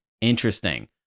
Interesting